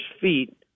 feet